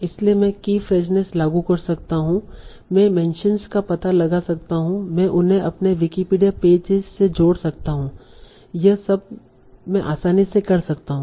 इसलिए मैं कीफ्रेजनेस लागू कर सकता हूं मैं मेंशनस का पता लगा सकता हूं मैं उन्हें अपने विकिपीडिया पेजेज से जोड़ सकता हूं यह सब मैं आसानी से कर सकता हूं